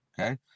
Okay